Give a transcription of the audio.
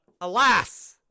alas